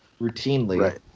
routinely